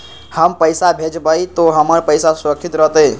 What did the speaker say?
हम पैसा भेजबई तो हमर पैसा सुरक्षित रहतई?